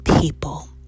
people